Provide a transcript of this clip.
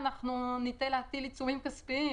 אנחנו ניטה להטיל עיצומם כספיים.